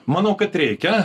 manau kad reikia